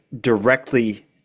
directly